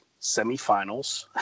semifinals